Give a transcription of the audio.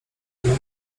który